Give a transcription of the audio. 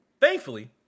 Thankfully